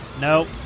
Nope